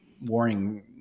warring